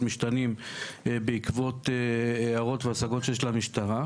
משתנים בעקבות הערות והשגות שיש למשטרה.